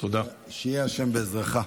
שיהיה השם בעזרך.